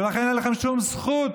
ולכן אין לכם שום זכות